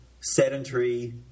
sedentary